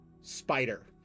spider